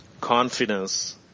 confidence